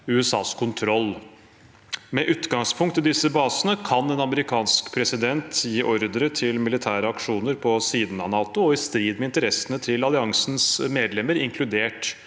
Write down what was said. USAs kontroll. Med utgangspunkt i disse basene kan en amerikansk president gi ordre til militære aksjoner på siden av NATO og i strid med interessene til alliansens medlemmer, inkludert